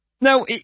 Now